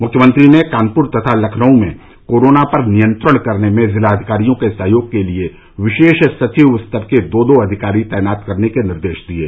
मुख्यमंत्री ने कानपुर तथा लखनऊ में कोरोना पर नियंत्रण करने में जिलाधिकारियों के सहयोग के लिये विशेष सचिव स्तर के दो दो अधिकारी तैनात करने के निर्देश दिये